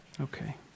Okay